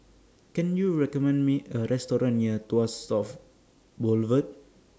Can YOU recommend Me A Restaurant near Tuas South Boulevard